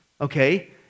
okay